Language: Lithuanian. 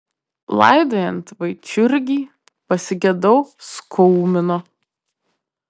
laidojant vaičiurgį pasigedau skaumino